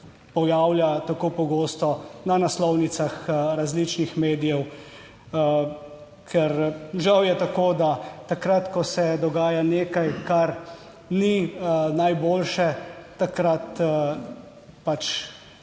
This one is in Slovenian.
pojavlja tako pogosto na naslovnicah različnih medijev, ker žal je tako, da takrat, ko se dogaja nekaj kar ni najboljše, takrat se